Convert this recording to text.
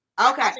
okay